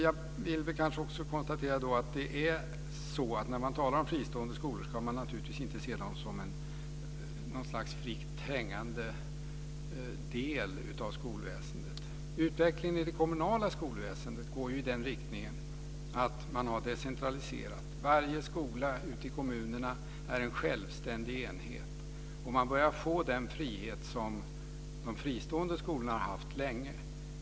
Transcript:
Jag vill kanske också konstatera att när man talar om fristående skolor ska man naturligtvis inte se dem som något slags fritt hängande del av skolväsendet. Utvecklingen i det kommunala skolväsendet går ju i den riktningen att man har decentraliserat. Varje skola ute i kommunerna är en självständig enhet. Man börjar få den frihet som de fristående skolorna länge har haft.